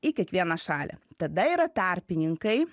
į kiekvieną šalį tada yra tarpininkai